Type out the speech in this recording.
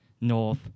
north